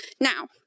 Now